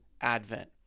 Advent